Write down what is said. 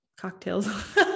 cocktails